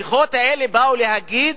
המהפכות האלה באו להגיד